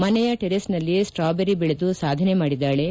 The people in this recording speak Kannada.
ಮನೆಯ ಟೆರೆಸ್ನಲ್ಲಿಯೇ ಸ್ವಾಬೆರಿ ಬೆಳೆದು ಸಾಧನೆ ಮಾಡಿದ್ಲಾಳೆ